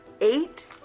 Eight